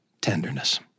tenderness